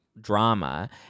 drama